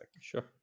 Sure